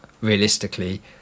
realistically